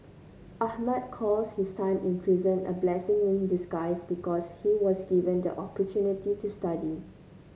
Ahmad calls his time in prison a blessing in disguise because he was given the opportunity to study